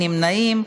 נמנעים.